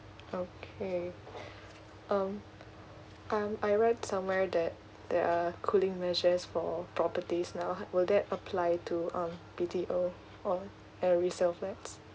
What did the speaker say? okay um um I read somewhere that there are cooling measures for properties now will that apply to um B_T_O or a resale flat